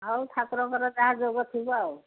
ହଉ ଠାକୁରଙ୍କର ଯାହା ଯୋଗ ଥିବ ଆଉ